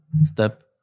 step